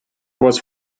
was